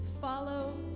Follow